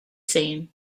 seen